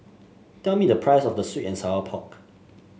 tell me the price of sweet and Sour Pork